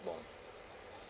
bond